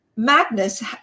Madness